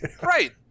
Right